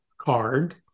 card